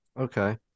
Okay